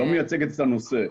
לא מייצגת את הנושא,